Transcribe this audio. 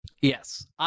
Yes